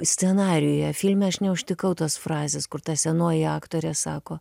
scenarijuje filme aš neužtikau tos frazės kur ta senoji aktorė sako